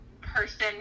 person